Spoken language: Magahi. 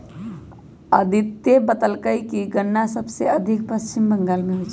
अदित्य बतलकई कि गन्ना सबसे अधिक पश्चिम बंगाल में होई छई